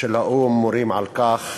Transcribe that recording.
של האו"ם מורים על כך